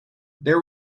there